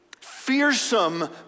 fearsome